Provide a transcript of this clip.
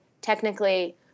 technically